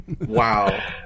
Wow